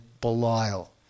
Belial